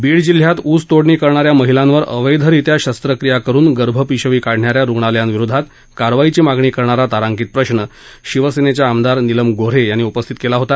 बीड जिल्ह्यात ऊसतोडणी करणाऱ्या महिलांवर अवैधरित्या शस्त्रक्रिया करून गर्भपिशवी काढणाऱ्या रुग्णालयां विरोधात कारवाईची मागणी करणारा तारांकित प्रश्र शिवसेनेच्या नीलम गो ्हे यांनी उपस्थित केला होता